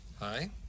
Hi